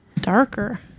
darker